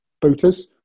booters